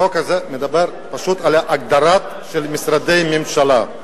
החוק הזה מדבר על ההגדרה של משרדי ממשלה.